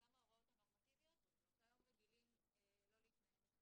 גם ההוראות הנורמטיביות שהיום רגילים לא להתנהל לפיהן.